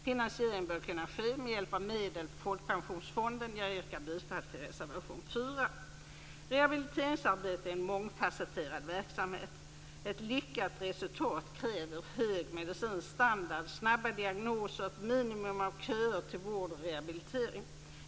Finansieringen bör kunna ske med hjälp av medel från folkpensionsfonden. Jag yrkar bifall till reservation 4. Rehabiliteringsarbete är en mångfasetterad verksamhet. Ett lyckat resultat kräver hög medicinsk standard, snabba diagnoser, ett minimum av köer till vård och rehabilitering.